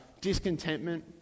discontentment